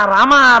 Rama